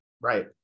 right